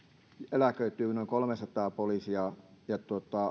eläköityy noin kolmesataa poliisia ja